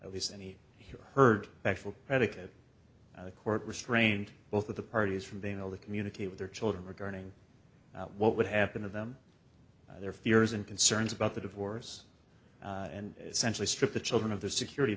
at least any heard actual predicate court restraint both of the parties from being able to communicate with their children regarding what would happen to them their fears and concerns about the divorce and essentially strip the children of the security